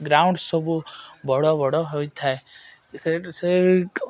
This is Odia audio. ଗ୍ରାଉଣ୍ଡ ସବୁ ବଡ଼ ବଡ଼ ହୋଇଥାଏ ସେଇଠୁ ସେ